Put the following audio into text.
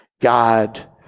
God